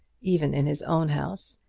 even in his own house,